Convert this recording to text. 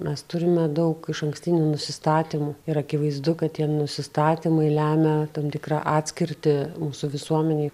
mes turime daug išankstinių nusistatymų ir akivaizdu kad tie nusistatymai lemia tam tikrą atskirtį mūsų visuomenėj